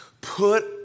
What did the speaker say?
put